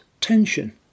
tension